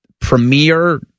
premier